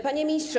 Panie Ministrze!